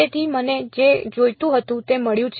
તેથી મને જે જોઈતું હતું તે મળ્યું છે